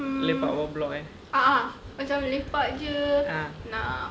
lepak bawah blok eh ah